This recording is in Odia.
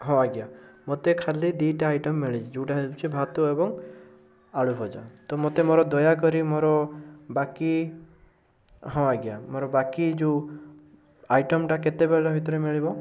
ହଁ ଆଜ୍ଞା ମୋତେ ଖାଲି ଦୁଇଟା ଆଇଟମ୍ ମିଳିଛି ଯଉଟା ହେଉଛି ଭାତ ଏବଂ ଆଳୁ ଭଜା ତ ମୋତେ ମୋର ଦୟାକରି ମୋର ବାକି ହଁ ଆଜ୍ଞା ମୋର ବାକି ଯଉ ଆଇଟମ୍ ଟା କେତେବେଳ ଭିତରେ ମିଳିବ